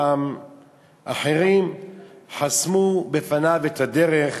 פעם אחרים חסמו בפניו את הדרך,